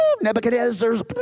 Nebuchadnezzar's